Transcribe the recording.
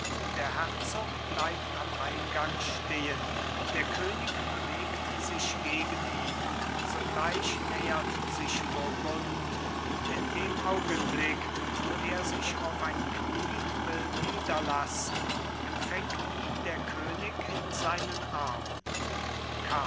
der herzog bleibt am eingang stehen der könig bewegt sich gegen ihn sogleich nähert sich burgund und in dem augenblick wo er sich auf ein knie will niederlassen empfängt ihn der könig in seinen armen